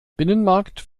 binnenmarkt